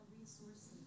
resources